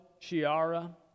Chiara